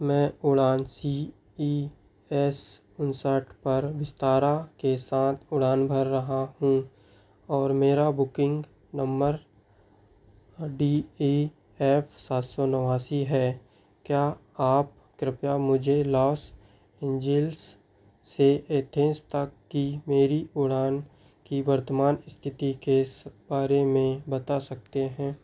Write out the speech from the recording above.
मैं उड़ान C E S उनसठ पर विस्तारा के साथ उड़ान भर रहा हूँ और मेरा बुकिंग नम्बर डी ए एफ़ सात सौ नवासी है क्या आप कृपया मुझे लॉस एंजिल्स से एथेन्स तक की मेरी उड़ान की वर्तमान स्थिति के बारे में बता सकते हैं